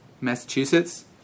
Massachusetts